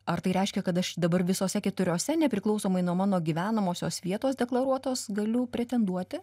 ar tai reiškia kad aš dabar visose keturiose nepriklausomai nuo mano gyvenamosios vietos deklaruotos galiu pretenduoti